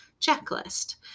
checklist